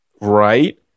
right